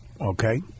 Okay